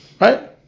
Right